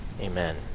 amen